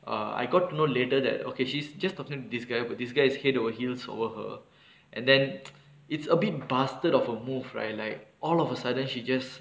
uh I got to know later that okay she's just talking to this guy but this guy is head over heels over her and then it's a bit busted of a move right like all of a sudden she just